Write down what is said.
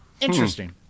interesting